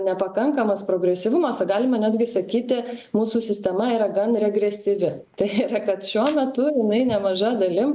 nepakankamas progresyvumas tai galima netgi sakyti mūsų sistema yra gan regresyvi tai yra kad šiuo metu jinai nemaža dalim